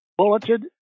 bulleted